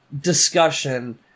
discussion